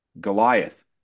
Goliath